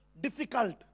difficult